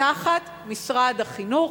תחת משרד החינוך.